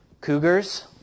cougars